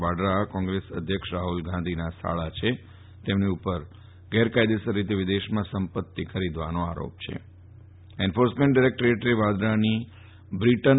વાડરા જેઓ કોંગ્રેસ અધ્યક્ષ રાફલ ગાંધીના સાળા થાથ છે તેમની ઉપર ગેરકાથદેસર રીતે વિદેશમાં સંપત્તિ ખરીદવાનો આરોપ છે એન્ફોર્સમેન્ટ ડાયરેક્ટરેટે વાડરાની યુ